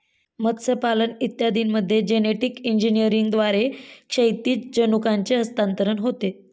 मत्स्यपालन इत्यादींमध्ये जेनेटिक इंजिनिअरिंगद्वारे क्षैतिज जनुकांचे हस्तांतरण होते